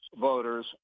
voters